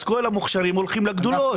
אז כל המוכשרים הולכים לגדולות,